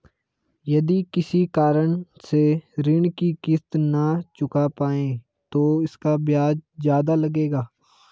यदि किसी कारण से ऋण की किश्त न चुका पाये तो इसका ब्याज ज़्यादा लगेगा?